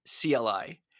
CLI